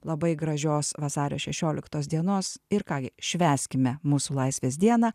labai gražios vasario šešioliktos dienos ir ką gi švęskime mūsų laisvės dieną